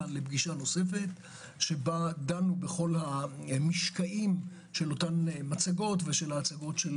לפגישה נוספת שבה דנו בכל המשקעים של אותן מצגות ושל ההצגות של